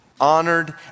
Honored